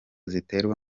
ziterwa